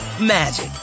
magic